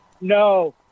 No